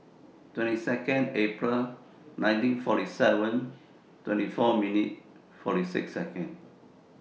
twenty two April nineteen forty seven twenty four forty six